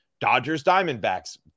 Dodgers-Diamondbacks